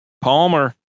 Palmer